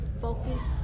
focused